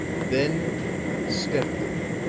then steadily,